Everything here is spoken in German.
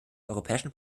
europäische